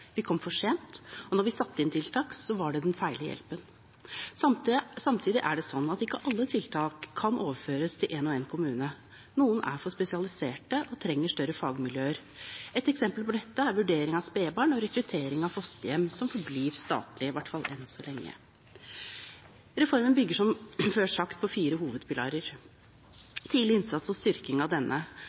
Vi kom for sent – og da vi satte inn tiltak, var det den gale hjelpen. Samtidig er det slik at ikke alle tiltak kan overføres til en og en kommune. Noen er for spesialiserte og trenger større fagmiljøer. Et eksempel på dette er vurdering av spedbarn og rekruttering av fosterhjem – som forblir statlig, i hvert fall enn så lenge. Reformen bygger, som før sagt, på fire hovedpilarer. Tidlig innsats og styrking av denne: